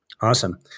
Awesome